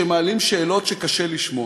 שהם מעלים שאלות שקשה לשמוע.